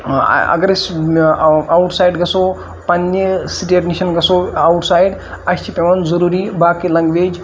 اگر أسۍ outside گژھو پنٛنہِ سٹیٹ نِش گژھو آوُٹ سایڈ اَسہِ چھِ پیٚوان ضروٗری باقٕے لںٛگویج